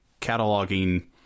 cataloging